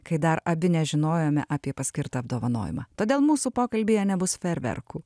kai dar abi nežinojome apie paskirtą apdovanojimą todėl mūsų pokalbyje nebus fejerverkų